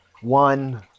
One